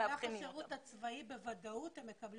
במהלך השירות הצבאי בוודאות הם מקבלים.